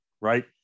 right